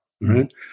right